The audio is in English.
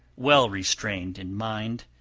well restrained in mind,